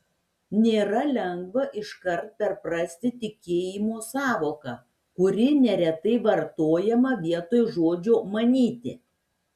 nėra lengva iškart perprasti tikėjimo sąvoką kuri neretai vartojama vietoj žodžio manyti